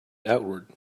outward